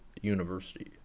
University